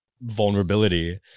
vulnerability